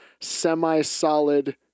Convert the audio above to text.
semi-solid